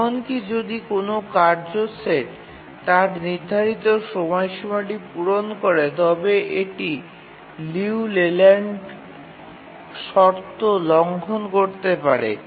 এমনকি যদি কোনও কার্য সেট তার নির্ধারিত সময়সীমাটি পূরণ করে তবে এটি লিউ লেল্যান্ড শর্ত লঙ্ঘন করতে পারে